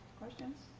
questions?